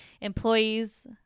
employees